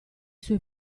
suoi